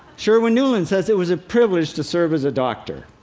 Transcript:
sherwin nuland says, it was a privilege to serve as a doctor.